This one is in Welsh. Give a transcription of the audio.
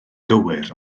gywir